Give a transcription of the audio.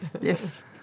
Yes